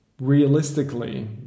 Realistically